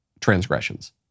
transgressions